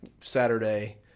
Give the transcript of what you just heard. Saturday